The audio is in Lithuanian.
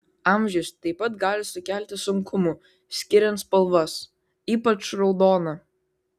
amžius taip pat gali sukelti sunkumų skiriant spalvas ypač raudoną